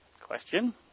Question